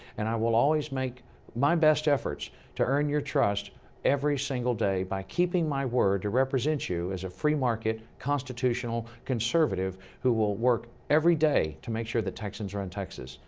and i will always make my best efforts to earn your trust every single day by keeping my word to represent you as a free market constitutional conservative who will work every day to make sure that texans run texas.